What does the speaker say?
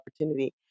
opportunity